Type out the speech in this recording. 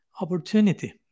opportunity